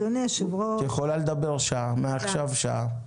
את יכולה לדבר שעה, מעכשיו שעה.